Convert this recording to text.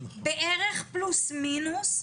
בערך פלוס מינוס,